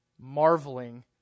marveling